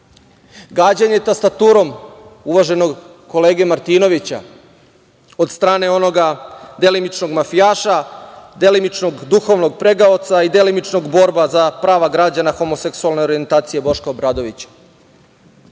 gađanje tastaturom uvaženog kolege Martinovića od strane onoga delimičnog mafijaša, delimičnog duhovnog pregaoca i delimičnog borba za prava građana homoseksualne orijentacije Boška Obradovića?